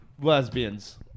Lesbians